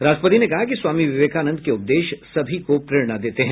राष्ट्रपति ने कहा कि स्वामी विवेकानंद के उपदेश सभी को प्रेरणा देते हैं